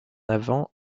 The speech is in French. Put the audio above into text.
avant